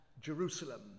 Jerusalem